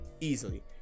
easily